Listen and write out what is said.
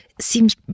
seems